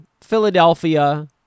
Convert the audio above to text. Philadelphia